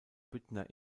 büttner